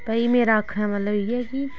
भाई मेरा आखदे दा मतलब इ'यै कि